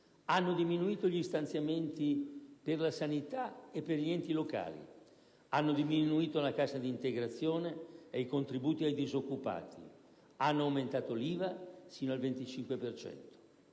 hanno diminuito gli stanziamenti per la sanità e per gli enti locali; hanno diminuito la cassa integrazione e i contributi ai disoccupati; hanno aumentato l'IVA sino al 25